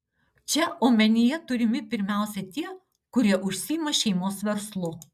čia omenyje turimi pirmiausia tie kurie užsiima šeimos verslu